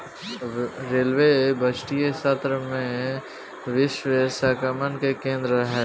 railway बजटीय सत्र में विशेष आकर्षण के केंद्र रहेला